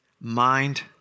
mind